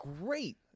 great